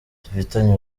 dufitanye